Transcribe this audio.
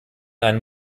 einem